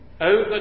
over